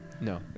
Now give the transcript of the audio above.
No